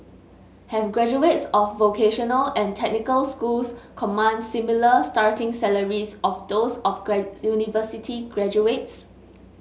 have graduates of vocational and technical schools command similar starting salaries of those of university graduates